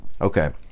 Okay